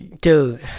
Dude